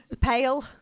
Pale